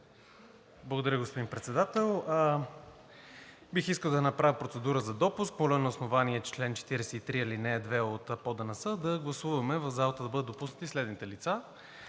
Благодаря, господин Председател. Бих искал да направя процедура за допуск. На основание чл. 43, ал. 2 от ПОДНС да гласуваме в залата да бъдат допуснати следните лица: